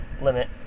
limit